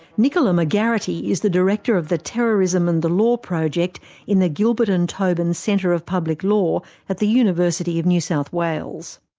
nicola mcgarrity is the director of the terrorism and the law project in the gilbert and tobin centre of public law at the university of new south wales.